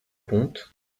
compte